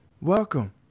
Welcome